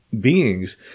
beings